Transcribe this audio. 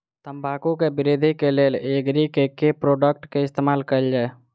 तम्बाकू केँ वृद्धि केँ लेल एग्री केँ के प्रोडक्ट केँ इस्तेमाल कैल जाय?